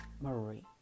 Marie